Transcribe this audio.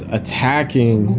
attacking